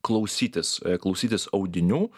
klausytis klausytis audinių